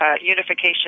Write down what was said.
unification